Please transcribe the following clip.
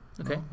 Okay